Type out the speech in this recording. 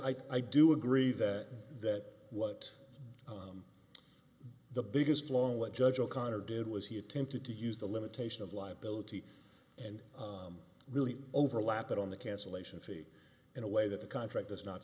said i do agree that that what the biggest flaw in what judge o'connor did was he attempted to use the limitation of liability and really overlap it on the cancellation fee in a way that the contract does not